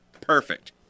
Perfect